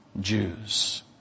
Jews